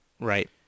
right